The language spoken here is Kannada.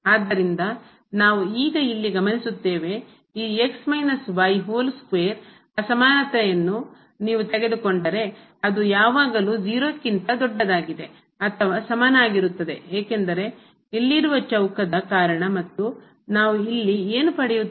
ಆದ್ದರಿಂದ ನಾವು ಈಗ ಇಲ್ಲಿ ಗಮನಿಸುತ್ತೇವೆ ಈ ಅಸಮಾನತೆಯನ್ನು ನೀವು ತೆಗೆದುಕೊಂಡರೆ ಅದು ಯಾವಾಗಲೂ 0 ಕ್ಕಿಂತ ದೊಡ್ಡದಾಗಿದೆ ಅಥವಾ ಸಮನಾಗಿರುತ್ತದೆ ಏಕೆಂದರೆ ಇಲ್ಲಿರುವ ಚೌಕ ದ ಕಾರಣ ಮತ್ತು ನಾವು ಇಲ್ಲಿ ಏನು ಪಡೆಯುತ್ತೇವೆ